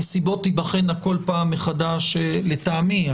הנסיבות תיבחנה כל פעם מחדש לטעמי.